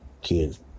Kids